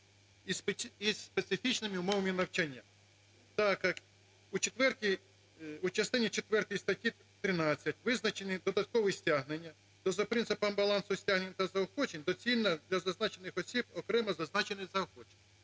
із специфічними умовами навчання. Так як у четвертій, у частині четвертій статті 13 визначені додаткові стягнення, то за принципом балансу стягнень та заохочень доцільно для зазначених осіб окремо зазначити заохочення.